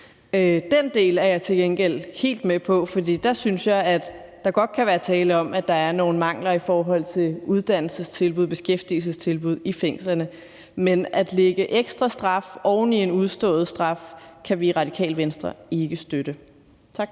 Den del er jeg til gengæld helt med på, fordi jeg synes, at der dér godt kan være tale om, at der er nogle mangler i forhold til uddannelsestilbud og beskæftigelsestilbud i fængslerne. Men at lægge en ekstra straf oven i en udstået straf kan vi i Radikale Venstre ikke støtte. Tak.